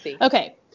Okay